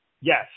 Yes